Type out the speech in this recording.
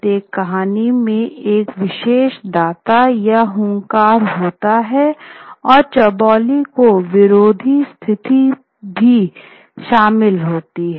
प्रत्येक कहानी में एक विशेष दाता या हुनकारा होता है और चौबोली की विरोधी स्थिति भी शामिल होती है